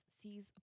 sees